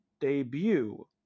debut